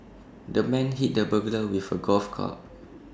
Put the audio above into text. the man hit the burglar with A golf club